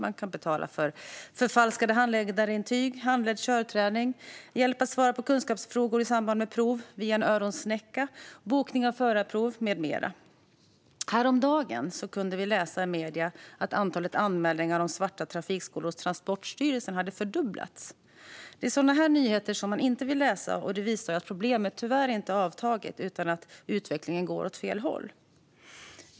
Man kan köpa förfalskade handledarintyg, handledd körträning, hjälp att svara på kunskapsfrågor i samband med prov via en öronsnäcka, bokning av förarprov med mera. Häromdagen kunde vi läsa i medierna att antalet anmälningar till Transportstyrelsen om svarta trafikskolor har fördubblats. Sådana nyheter vill man inte läsa. Det visar att problemet tyvärr inte har avtagit. Utvecklingen går åt fel håll.